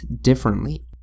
differently